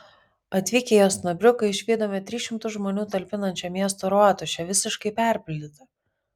atvykę į osnabriuką išvydome tris šimtus žmonių talpinančią miesto rotušę visiškai perpildytą